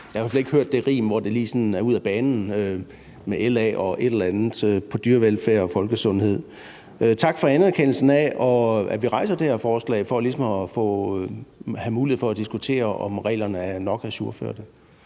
jeg har i hvert fald ikke hørt det rim, hvor det lige sådan er ud ad banen med LA og et eller andet, hvad angår dyrevelfærd og folkesundhed. Tak for anerkendelsen af, at vi rejser det her forslag for ligesom at have mulighed for at diskutere, om reglerne er ajourført.